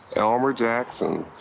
elmer jackson.